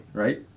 right